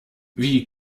wie